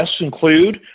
include